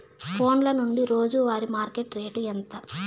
ఫోన్ల నుండి రోజు వారి మార్కెట్ రేటు ఎంత?